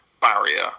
barrier